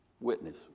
witness